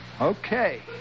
okay